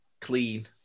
clean